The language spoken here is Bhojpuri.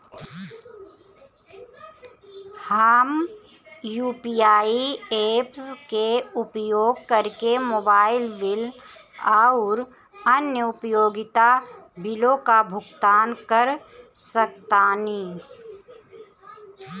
हम यू.पी.आई ऐप्स के उपयोग करके मोबाइल बिल आउर अन्य उपयोगिता बिलों का भुगतान कर सकतानी